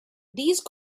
these